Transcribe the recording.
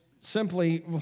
simply